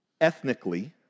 ethnically